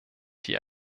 die